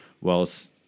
whilst